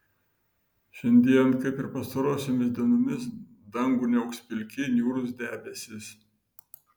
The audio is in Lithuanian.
šiandien kaip ir pastarosiomis dienomis dangų niauks pilki niūrūs debesys